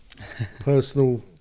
Personal